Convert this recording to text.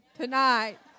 tonight